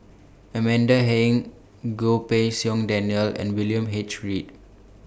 Amanda Heng Goh Pei Siong Daniel and William H Read